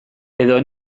edo